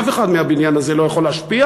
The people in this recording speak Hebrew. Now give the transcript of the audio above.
אף אחד מהבניין הזה לא יכול להשפיע.